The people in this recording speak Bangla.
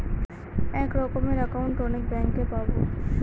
এক রকমের একাউন্ট অনেক ব্যাঙ্কে পাবো